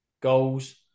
goals